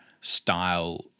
style